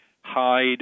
hide